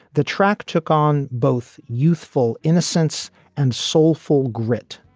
the track took on both youthful innocence and soulful grit.